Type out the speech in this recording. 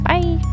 Bye